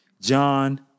John